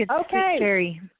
Okay